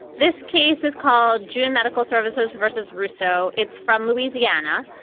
this case is called june medical services versus rousso. it's from louisiana.